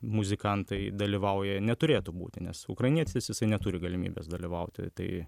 muzikantai dalyvauja neturėtų būti nes ukrainietis jisai neturi galimybės dalyvauti tai